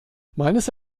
meines